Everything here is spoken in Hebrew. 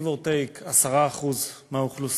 give or take, 10% מהאוכלוסייה,